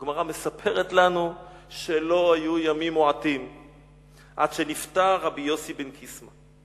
הגמרא מספרת לנו ש"לא עברו ימים מועטים עד שנפטר רבי יוסי בן קיסמא,